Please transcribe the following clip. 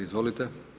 Izvolite.